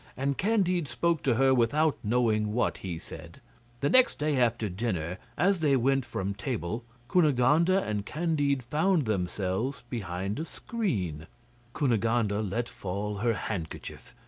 and candide spoke to her without knowing what he said the next day after dinner, as they went from table, cunegonde and and candide found themselves behind a screen cunegonde ah let fall her handkerchief,